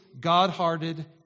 God-hearted